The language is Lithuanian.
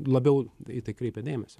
labiau į tai kreipia dėmesį